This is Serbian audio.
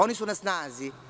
Oni su na snazi.